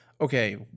okay